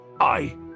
I